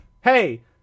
hey